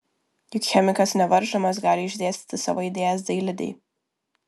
juk chemikas nevaržomas gali išdėstyti savo idėjas dailidei